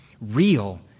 real